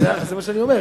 זה מה שאני אומר.